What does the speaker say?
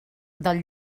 del